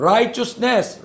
Righteousness